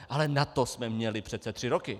Ale na to jsme měli přece tři roky!